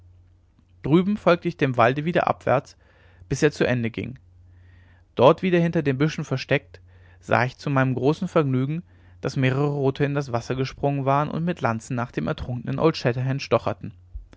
drüben folgte ich dem walde wieder abwärts bis er zu ende ging dort wieder hinter büschen versteckt sah ich zu meinem großen vergnügen daß mehrere rote in das wasser gesprungen waren und mit lanzen nach dem ertrunkenen old shatterhand stocherten